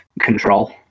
control